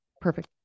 perfect